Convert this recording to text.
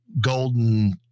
golden